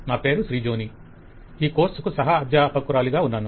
నా పేరు శ్రిజోని ఈ కోర్స్ కు సహ అధ్యాపకురాలిగా ఉన్నాను